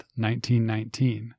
1919